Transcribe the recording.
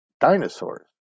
dinosaurs